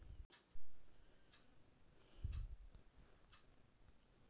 Online कोन app से bill के भुगतान कर सकली ही?